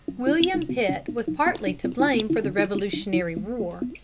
william pitt was partly to blame for the revolutionary war.